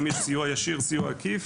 יש גם סיוע ישיר וסיוע עקיף.